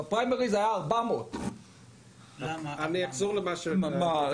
ובפריימריז הוא אמר 400. הוא חשב שאם